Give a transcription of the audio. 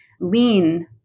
lean